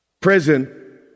prison